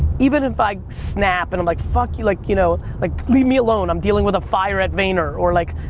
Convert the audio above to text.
even if i snap and i'm like fuck you, like you know like leave me alone, i'm dealing with a fire at vainer. or like,